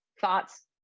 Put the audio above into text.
Thoughts